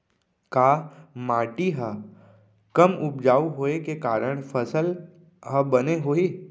का माटी हा कम उपजाऊ होये के कारण फसल हा बने होही?